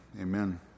Amen